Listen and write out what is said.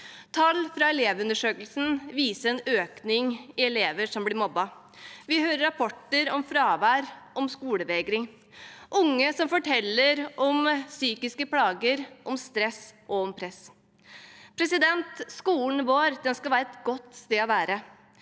Tall fra Elevundersøkelsen viser en økning av elever som blir mobbet. Vi ser rapporter om fravær, om skolevegring, og om unge som forteller om psykiske plager, om stress og om press. Skolen vår skal være et godt sted å være.